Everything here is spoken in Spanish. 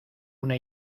una